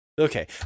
Okay